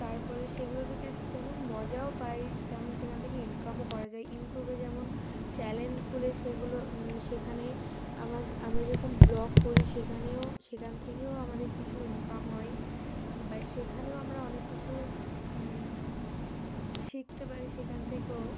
তারপরে সেগুলো থেকে যেমন মজাও পাই তেমন সেখান থেকে ইনকামও করা যায় ইউটিউবে যেমন চ্যানেল খুলে সেগুলো সেখানে আমাদের আমরা যেরকম ব্লগ করি সেখানেও সেখান থেকেও আমাদের কিছু ইনকাম হয় বা সেখানেও আমরা অনেক কিছু শিখতে পারি সেখান থেকেও